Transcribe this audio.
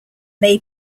may